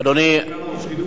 לא יסכימו.